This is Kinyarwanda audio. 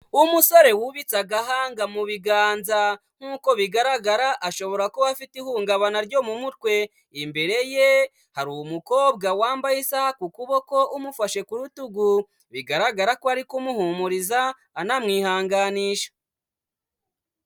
Umusore wubitse agahanga mu biganza, nkuko bigaragara ashobora kuba afite ihungabana ryo mu mutwe, imbere ye hari umukobwa wambaye isaha ku kuboko, umufashe ku rutugu, bigaragara ko ari kumuhumuriza, anamwihanganisha.